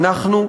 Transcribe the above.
אנחנו,